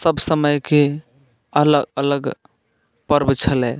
सभ समयके अलग अलग पर्व छलै